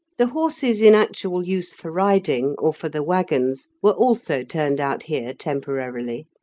the horses in actual use for riding, or for the waggons, were also turned out here temporarily.